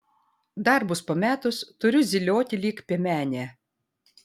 darbus pametus turiu zylioti lyg piemenė